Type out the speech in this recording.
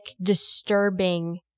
disturbing